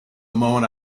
moment